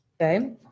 Okay